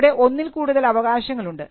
അവിടെ ഒന്നിൽകൂടുതൽ അവകാശങ്ങളുണ്ട്